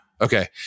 Okay